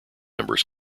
members